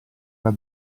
alla